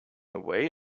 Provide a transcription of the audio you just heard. away